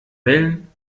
wellen